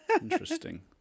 Interesting